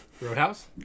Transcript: Roadhouse